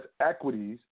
equities